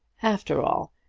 after all,